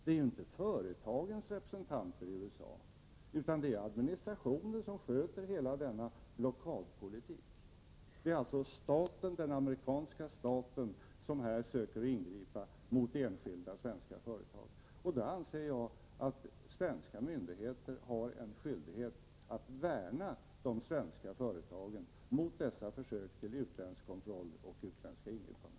Det är inte företagens representanter i USA utan det är administrationen som sköter hela denna blockadpolitik. Det är alltså den amerikanska staten som här söker ingripa mot enskilda svenska företag. Då anser jag att svenska myndigheter har en skyldighet att värna de svenska företagen mot dessa försök till utländsk kontroll och utländska ingripanden.